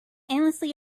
endlessly